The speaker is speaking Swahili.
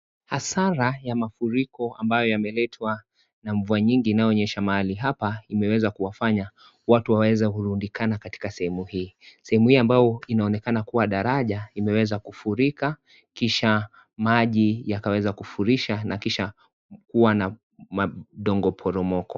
Hasara ya mafuriko ambayo yameletuwa na mvua nyingi inyonyesha mahali hapa, imeweza kuwafanya watu waweze kurundikana katika sehemu hii. Sehemu hii ambayo inoonekana kuwa daraja, imeweza kufurika, kisha maji yakaweza kufurisha na kisha kuwa na madongo poromoko.